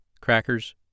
crackers